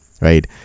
right